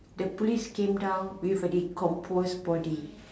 the police came down with a decomposed body